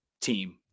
team